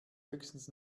höchstens